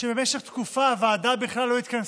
במשך תקופה הוועדה בכלל לא התכנסה,